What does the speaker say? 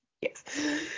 Yes